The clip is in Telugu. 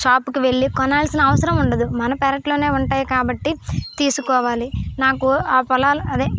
షాప్కి వెళ్ళి కొనాల్సిన అవసరం ఉండదు మన పెరట్లోనే ఉంటాయి కాబట్టి తీసుకోవాలి నాకు ఆ పొలాలు అదే